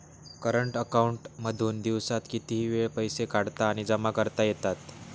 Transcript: current account मधून दिवसात कितीही वेळ पैसे काढता आणि जमा करता येतात